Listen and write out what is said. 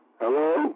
Hello